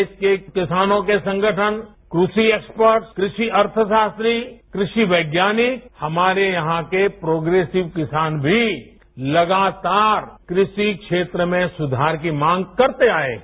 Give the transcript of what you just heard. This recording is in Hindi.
देश के किसानों के संगठन आज क्राषि एक्स्पर्टस क्राषि अर्थशास्त्री क्राषि वैज्ञानिक हमारे यहां के प्रोप्रेसिव किसान भी लगातार कृषि क्षेत्र में सुधार की मांग करते आये हैं